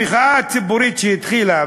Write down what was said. המחאה הציבורית שהתחילה,